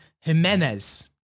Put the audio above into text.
Jimenez